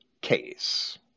case